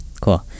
cool